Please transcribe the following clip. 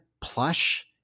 plush